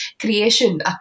Creation